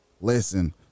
Listen